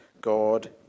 God